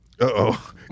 Uh-oh